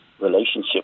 relationship